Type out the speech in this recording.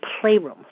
playroom